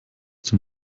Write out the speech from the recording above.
dem